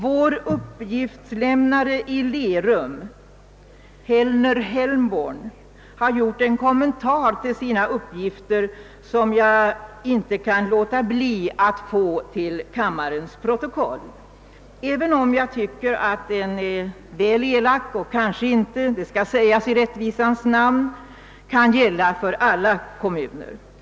Vår uppgiftslämnare i Lerum, Hellner Hellborn, har gjort en kommentar till sina uppgifter, som jag inte kan låta bli att få antecknad till kammarens protokoll, även om jag tycker att den är väl elak och kanske inte — det skall sägas i rättvisans namn — kan gälla för alla kommuner.